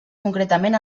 concretament